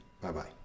Bye-bye